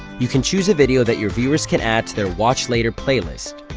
you can choose a video that your viewers can add to their watch later playlist.